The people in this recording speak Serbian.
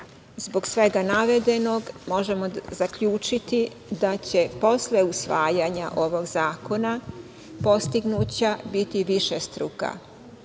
svega navedenog, možemo zaključiti da će posle usvajanja ovog zakona postignuća biti višestruka,